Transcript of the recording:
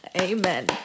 Amen